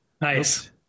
Nice